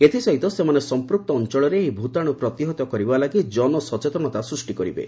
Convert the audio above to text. ଏଥିସହିତ ସେମାନେ ସଂପ୍କକ୍ତ ଅଞ୍ଚଳରେ ଏହି ଭୂତାଣୁ ପ୍ରତିହତ କରିବା ଲାଗି ଜନସଚେତନତା ସୃଷ୍ଟି କରିବେ